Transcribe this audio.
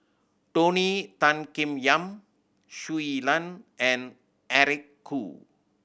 Tony Tan Keng Yam Shui Lan and Eric Khoo